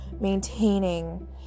maintaining